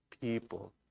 people